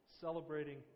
celebrating